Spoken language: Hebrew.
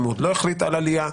אם הוא עוד לא החליט על עלייה.